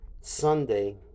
Sunday